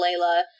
Layla